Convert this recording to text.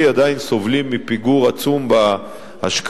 עדיין סובלים מפיגור עצום בהשקעות,